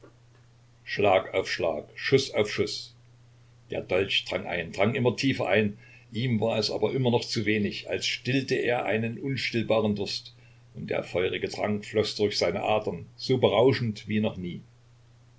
schlag auf schlag schuß auf schuß der dolch drang ein drang immer tiefer ein ihm war es aber noch immer zu wenig als stillte er einen unstillbaren durst und der feurige trank floß durch seine adern so berauschend wie noch nie